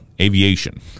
Aviation